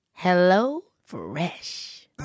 HelloFresh